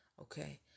okay